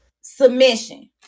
submission